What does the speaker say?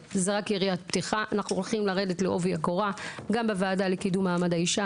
<< יור >> פנינה תמנו (יו"ר הוועדה לקידום מעמד האישה